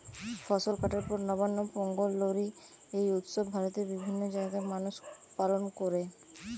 ফসল কাটার পর নবান্ন, পোঙ্গল, লোরী এই উৎসব ভারতের বিভিন্ন জাগায় মানুষ পালন কোরে